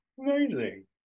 Amazing